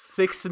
six